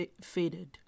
faded